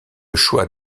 choix